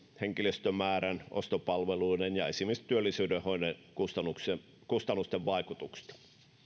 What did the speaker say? henkilöstömäärän ostopalveluiden ja esimerkiksi työllisyyden hoidon kustannusten vaikutuksista